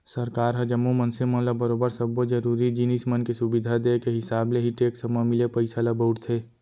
सरकार ह जम्मो मनसे मन ल बरोबर सब्बो जरुरी जिनिस मन के सुबिधा देय के हिसाब ले ही टेक्स म मिले पइसा ल बउरथे